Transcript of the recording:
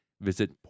Visit